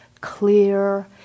clear